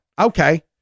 Okay